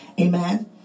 Amen